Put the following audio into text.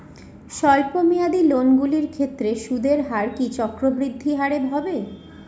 স্বল্প মেয়াদী লোনগুলির ক্ষেত্রে সুদের হার কি চক্রবৃদ্ধি হারে হবে?